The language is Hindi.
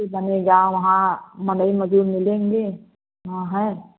फिर रहेगा वहाँ मनई मजदूर मिलेंगे वहाँ है